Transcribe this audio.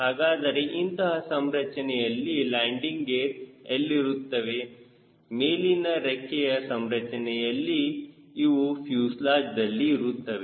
ಹಾಗಾದರೆ ಇಂತಹ ಸಂರಚನೆಯಲ್ಲಿ ಲ್ಯಾಂಡಿಂಗ್ ಗೇರ್ ಎಲ್ಲಿರುತ್ತವೆ ಮೇಲಿನ ರೆಕ್ಕೆಯ ಸಂರಚನೆಯಲ್ಲಿ ಇವು ಫ್ಯೂಸೆಲಾಜ್ದಲ್ಲಿ ಇರುತ್ತವೆ